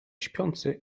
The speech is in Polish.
śpiący